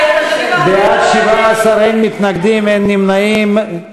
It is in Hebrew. בעד, 17, אין מתנגדים, אין נמנעים.